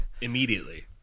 Immediately